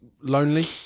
lonely